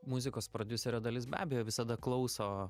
muzikos prodiuserio dalis be abejo visada klauso